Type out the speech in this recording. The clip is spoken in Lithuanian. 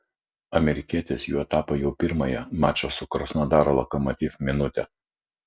amerikietis juo tapo jau pirmąją mačo su krasnodaro lokomotiv minutę